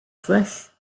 fresh